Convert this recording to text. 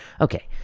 Okay